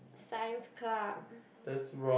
science club